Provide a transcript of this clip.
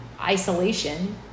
isolation